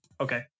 Okay